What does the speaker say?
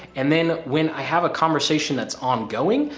and then when i have a conversation that's ongoing,